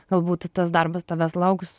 galbūt tas darbas tavęs lauks